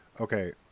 okay